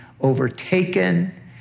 overtaken